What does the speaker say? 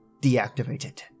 deactivated